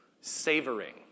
Savoring